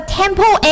temple